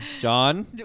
John